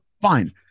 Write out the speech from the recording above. Fine